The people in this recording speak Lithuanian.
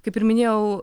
kaip ir minėjau